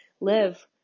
live